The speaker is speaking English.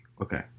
Okay